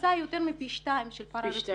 הקפיצה היא יותר מפי 2 של פארא-רפואי.